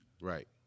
Right